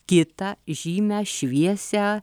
kitą žymią šviesią